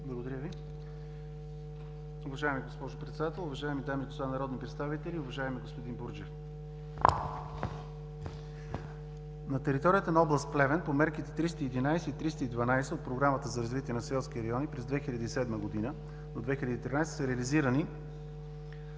Благодаря Ви. Уважаема госпожо Председател, уважаеми дами и господа народни представители, уважаеми господин Бурджев! На територията на област Плевен по мерки 311 и 312 от Програмата за развитие на селските райони от 2007 г. до 2013 г. са реализирани